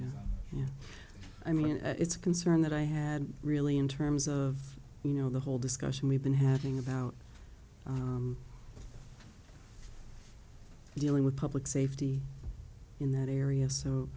know i mean it's a concern that i had really in terms of you know the whole discussion we've been having about dealing with public safety in that area so